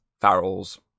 Farrell's